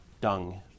dung